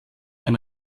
ein